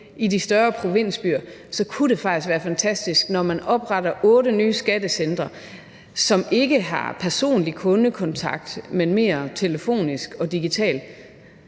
i de større provinsbyer kunne det faktisk være fantastisk, for når man opretter otte nye skattecentre, som ikke har personlig kundekontakt, men mere telefonisk og digital,